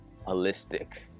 holistic